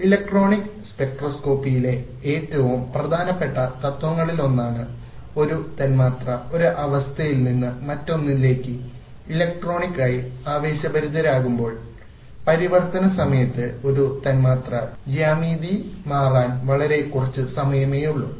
electronic സ്പെക്ട്രോസ്കോപ്പിയിലെ ഏറ്റവും പ്രധാനപ്പെട്ട തത്വങ്ങളിലൊന്നാണ് ഒരു തന്മാത്ര ഒരു അവസ്ഥയിൽ നിന്ന് മറ്റൊന്നിലേക്ക് ഇലക്ട്രോണിക് ആയി ആവേശഭരിതമാകുമ്പോൾ പരിവർത്തന സമയത്ത് ഒരു തന്മാത്രാ ജ്യാമിതി മാറാൻ വളരെ കുറച്ച് സമയമേയുള്ളൂ